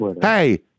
hey